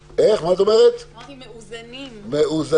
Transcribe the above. מאוזנים.